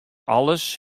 alles